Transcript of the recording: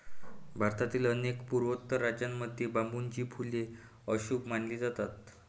भारतातील अनेक पूर्वोत्तर राज्यांमध्ये बांबूची फुले अशुभ मानली जातात